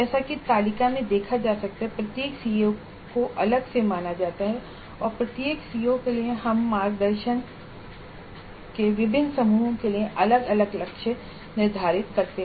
जैसा कि तालिका में देखा जा सकता है प्रत्येक सीओ को अलग से माना जाता है और प्रत्येक सीओ के लिए हम प्रदर्शन के विभिन्न समूहों के लिए अलग अलग लक्ष्य निर्धारित करते हैं